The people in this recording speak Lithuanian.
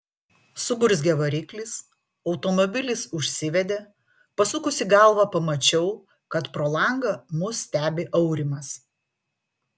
suburzgė variklis automobilis užsivedė pasukusi galvą pamačiau kad pro langą mus stebi aurimas